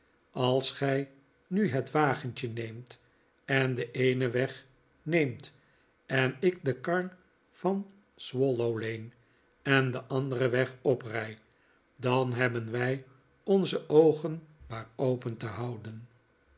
als gij nu het wagentje neemt en den eenen weg neemt en ik de kar van swallow leen en den anderen weg oprij dan hebben wij onze oogen maar open te houden